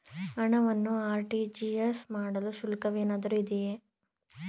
ಹಣವನ್ನು ಆರ್.ಟಿ.ಜಿ.ಎಸ್ ಮಾಡಲು ಶುಲ್ಕವೇನಾದರೂ ಇದೆಯೇ?